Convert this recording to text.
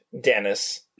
Dennis